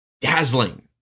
dazzling